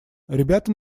ребята